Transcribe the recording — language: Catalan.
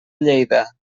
lleida